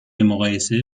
مقایسه